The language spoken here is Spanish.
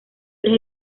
tres